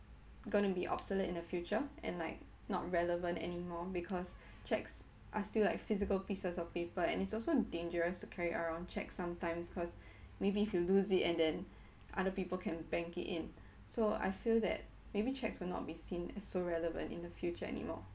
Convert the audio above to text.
gonna be obsolete in the future and like not relevant anymore because cheques are still like physical pieces of paper and it's also dangerous to carry around cheques sometimes cause maybe if you lose it and then other people can bank it in so I feel that maybe cheques will not be seen as so relevant in the future anymore